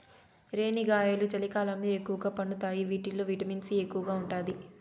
రేణిగాయాలు చలికాలంలో ఎక్కువగా పండుతాయి వీటిల్లో విటమిన్ సి ఎక్కువగా ఉంటాది